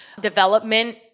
development